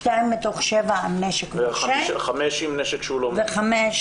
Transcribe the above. שתיים מתוך שבע מנשק מורשה -- וחמש עם נשק שהוא לא מורשה.